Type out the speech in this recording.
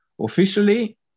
Officially